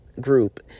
group